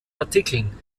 artikeln